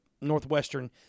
Northwestern